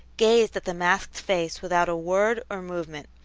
gazed at the masked face without a word or movement.